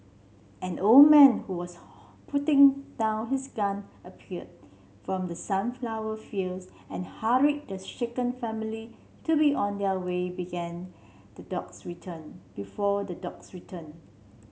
an old man who was putting down his gun appeared from the sunflower fields and hurried the shaken family to be on their way began the dogs return before the dogs return